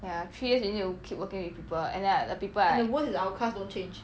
ya three years you need to keep working with people and then like the people like